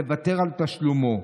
לוותר על תשלומו.